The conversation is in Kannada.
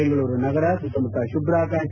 ಬೆಂಗಳೂರು ನಗರ ಸುತ್ತಮುತ್ತ ಶುಭ್ರ ಆಕಾಶ